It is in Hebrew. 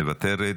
מוותרת,